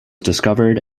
discovered